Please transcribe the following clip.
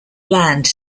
land